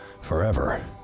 forever